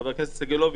חבר הכנסת סגלוביץ'?